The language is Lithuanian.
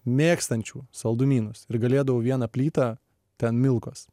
mėgstančių saldumynus ir galėdavau vieną plytą ten milkos